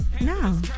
No